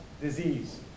disease